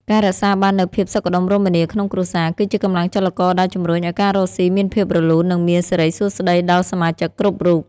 ការរក្សាបាននូវភាពសុខដុមរមនាក្នុងគ្រួសារ គឺជាកម្លាំងចលករដែលជំរុញឱ្យការរកស៊ីមានភាពរលូន និងមានសិរីសួស្តីដល់សមាជិកគ្រប់រូប។